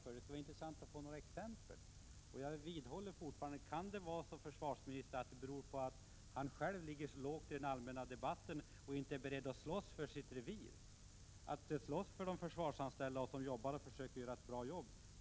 Det vore intressant att få några exempel. Jag vidhåller att det som leder till att debatten enligt försvarsministerns uppfattning inte förs på det sätt som han har tänkt sig kanske kan vara att försvarsministern själv ligger lågt i den allmänna debatten och inte är beredd att slåss för sitt revir — att slåss för de försvarsanställda, som anstränger sig för att göra ett bra jobb.